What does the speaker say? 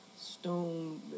stone